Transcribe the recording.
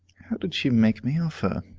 how did she make me offer?